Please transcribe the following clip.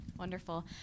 Wonderful